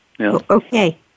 Okay